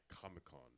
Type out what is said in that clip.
comic-con